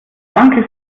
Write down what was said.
danke